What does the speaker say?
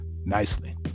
nicely